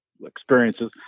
experiences